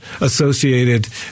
associated